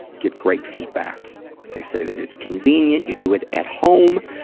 give great feedback. they say that it's convenient, you do it at home,